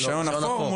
החינוך,